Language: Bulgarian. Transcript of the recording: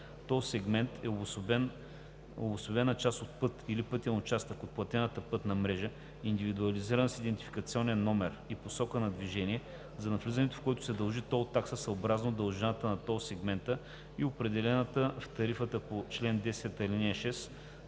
„Тол сегмент“ е обособена част от път или пътен участък от платената пътна мрежа, индивидуализиран с идентификационен номер и посока на движение, за навлизането в който се дължи тол такса съобразно дължината на тол сегмента и определената в тарифата по чл. 10, ал. 6